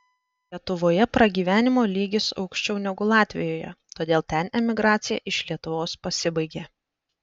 lietuvoje pragyvenimo lygis aukščiau negu latvijoje todėl ten emigracija iš lietuvos pasibaigė